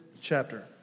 chapter